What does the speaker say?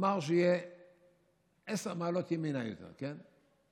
אמר שיהיה עשר מעלות ימינה יותר, כן?